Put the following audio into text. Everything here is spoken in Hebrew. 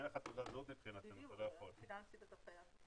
מבחינתנו אין לך תעודת זהות ואתה לא יכול'.